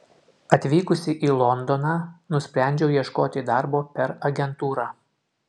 atvykusi į londoną nusprendžiau ieškoti darbo per agentūrą